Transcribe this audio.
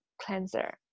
cleanser